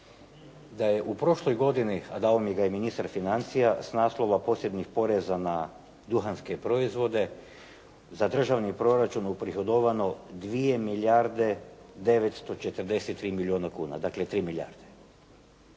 da je u prošloj godini, a dao mi ga je ministar financija, s naslova posebnih poreza na duhanske proizvode, za državni proračun uprihodovano 2 milijarde 943 milijuna kuna, dakle 3 milijarde.